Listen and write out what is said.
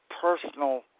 personal